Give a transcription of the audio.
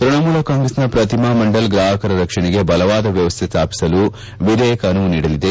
ತ್ಯಣಮೂಲ ಕಾಂಗ್ರೆಸ್ನ ಪ್ರತಿಮಾ ಮಂಡಲ್ ಗ್ರಾಹಕರ ರಕ್ಷಣೆಗೆ ಬಲವಾದ ವ್ಯವಸ್ಥೆ ಸ್ವಾಪಿಸಲು ವಿಧೇಯಕ ಅನುವು ನೀಡಲಿದೆ